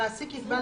(5)מעסיק יקבע,